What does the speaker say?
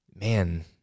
man